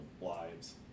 lives